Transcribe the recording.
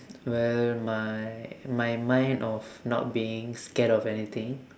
well my my mind of not being scared of anything